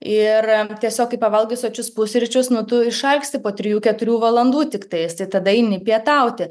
ir tiesiog kai pavalgai sočius pusryčius nuo tu išalksi po trijų keturių valandų tiktais tai tada eini pietauti